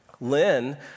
Lynn